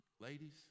ladies